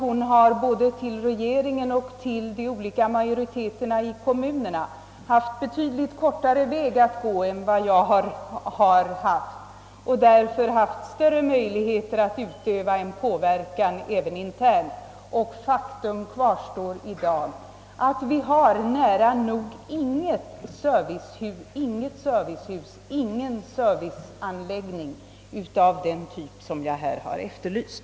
Hon har ändå till både regeringen och de olika majoriteterna i kommunerna haft betydligt kortare väg att gå än jag och därför haft större möjligheter att utöva påverkan även internt. Och faktum kvarstår i dag, att vi har nära nog inget servicehus, ingen serviceanläggning av den typ som jag här har efterlyst.